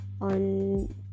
on